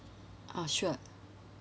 ah sure